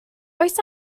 oes